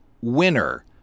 winner